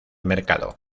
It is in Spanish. mercado